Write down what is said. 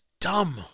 dumb